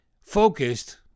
focused